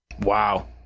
Wow